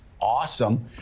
awesome